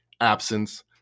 absence